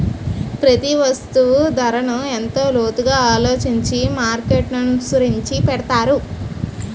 ప్రతి వస్తువు ధరను ఎంతో లోతుగా ఆలోచించి మార్కెట్ననుసరించి పెడతారు